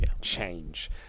Change